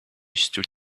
stood